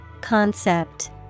Concept